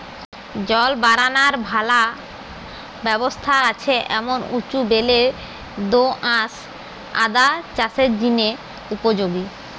জল বারানার ভালা ব্যবস্থা আছে এমন উঁচু বেলে দো আঁশ আদা চাষের জিনে উপযোগী